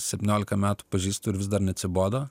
septyniolika metų pažįstu ir vis dar neatsibodo